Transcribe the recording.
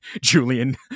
Julian